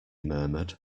murmured